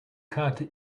karte